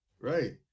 Right